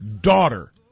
daughter